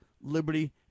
liberty